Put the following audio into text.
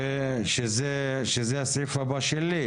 זה הסעיף הבא שלי,